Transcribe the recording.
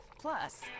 Plus